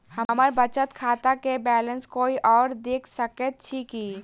हम्मर बचत खाता केँ बैलेंस कोय आओर देख सकैत अछि की